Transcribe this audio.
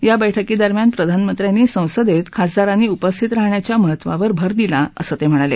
या बैठकीदरम्यान प्रधानमंत्र्यांनी संसदेत खासदारानी उपस्थित राहण्याच्या महत्त्वावर भर दिला असं ते म्हणाले